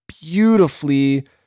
beautifully